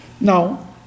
now